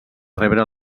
rebre